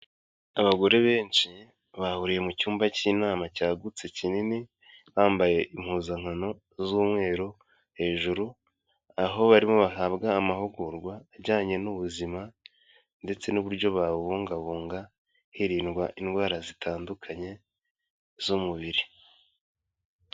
Abagore benshi bahuriye mu cyumba cy'inama cyagutse kinini, bambaye impuzankano z'umweru hejuru, aho barimo bahabwa amahugurwa ajyanye n'ubuzima ndetse n'uburyo babubungabunga hirindwa indwara zitandukanye z'umubiri.